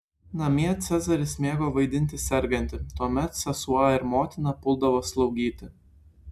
namie cezaris mėgo vaidinti sergantį tuomet sesuo ir motina puldavo slaugyti